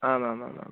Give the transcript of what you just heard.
आमामामाम्